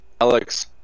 Alex